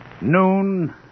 Noon